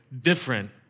different